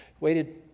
waited